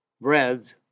breads